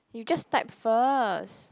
you just type first